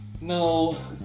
No